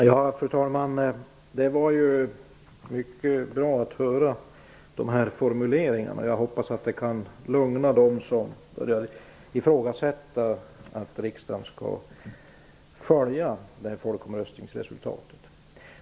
Fru talman! Det var mycket bra att få höra de här formuleringarna. Jag hoppas att de kan lugna dem som ifrågasätter att riksdagen kommer att följa folkomröstningsresultatet.